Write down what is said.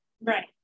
Right